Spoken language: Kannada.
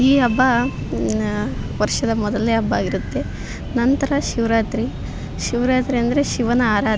ಈ ಹಬ್ಬ ವರ್ಷದ ಮೊದಲನೇ ಹಬ್ಬ ಆಗಿರುತ್ತೆ ನಂತರ ಶಿವರಾತ್ರಿ ಶಿವರಾತ್ರಿ ಅಂದರೆ ಶಿವನ ಆರಾಧನೆ